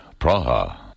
Praha